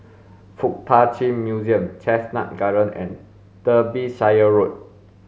Fuk Tak Chi Museum Chestnut Gardens and Derbyshire Road